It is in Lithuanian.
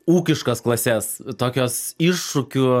ūkiškas klases tokios iššūkių